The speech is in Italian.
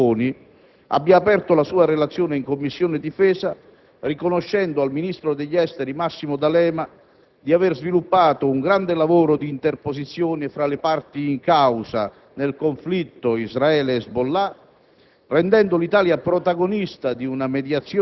Non è un caso che proprio il senatore Ramponi abbia aperto la sua relazione in Commissione difesa, riconoscendo al ministro degli affari esteri Massimo D'Alema di aver sviluppato un grande lavoro d'interposizione fra le parti in causa nel conflitto Israele-Hezbollah,